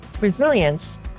resilience